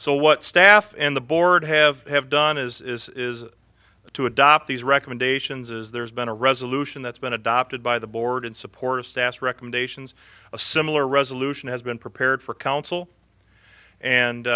so what staff and the board have have done is is to adopt these recommendations is there's been a resolution that's been adopted by the board in support of staff recommendations a similar resolution has been prepared for council and